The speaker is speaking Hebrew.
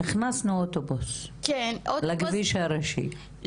הכנסנו אוטובוס לכביש הראשי,